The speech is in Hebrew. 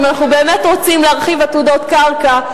אם אנחנו באמת רוצים להרחיב עתודות קרקע,